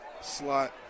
slot